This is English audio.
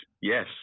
yes